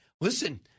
Listen